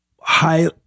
high